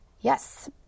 Yes